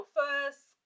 first